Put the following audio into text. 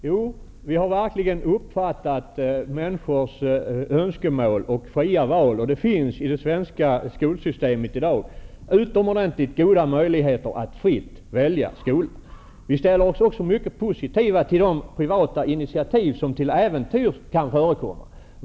Herr talman! Vi har verkligen uppfattat människors önskemål och fria val, och det finns i det svenska skolsystemet i dag utomordentligt goda möjligheter att fritt välja skola. Vi ställer oss också mycket positiva till de privata initiativ som till äventyrs kan förekomma.